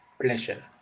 pleasure